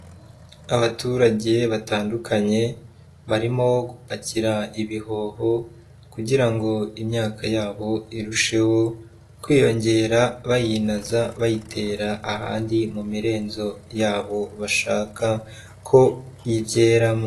Abaturage batandukanye, barimo gupakira ibihoho kugira ngo imyaka yabo irusheho kwiyongera, bayinyinaza, bayitera ahandi mu mirenzezo yabo bashaka ko igeramo.